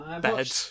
Bed